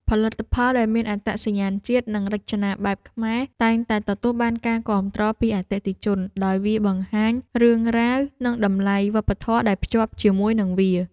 ផលិតផលដែលមានអត្តសញ្ញាណជាតិ និងរចនាបែបខ្មែរ តែងតែទទួលបានការគាំទ្រពីអតិថិជន ដោយវាបង្ហាញរឿងរ៉ាវ និងតម្លៃវប្បធម៌ដែលភ្ជាប់ជាមួយនឹងវា។